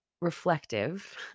reflective